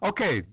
Okay